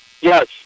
Yes